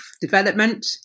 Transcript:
development